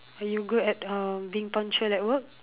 are you good at uh being punctual at work